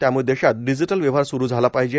त्यामुळे देशात डिजीटल व्यवहार सुरू झाला पाहिजे